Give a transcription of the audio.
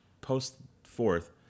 post-fourth